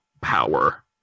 power